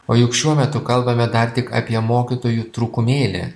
o juk šiuo metu kalbame dar tik apie mokytojų trūkumėlį